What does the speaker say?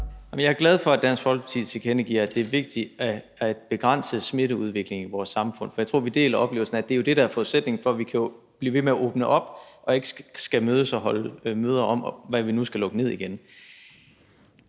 Jeg er glad for, at Dansk Folkeparti tilkendegiver, at det er vigtigt at begrænse smitteudviklingen i vores samfund, for jeg tror, vi deler oplevelsen af, at det jo er det, der er forudsætningen for, at vi kan blive ved med at åbne op og ikke skal holde møder om, hvad vi nu skal lukke ned igen.